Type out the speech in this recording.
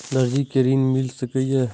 दर्जी कै ऋण मिल सके ये?